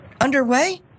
underway